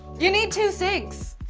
you need two sinks.